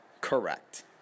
correct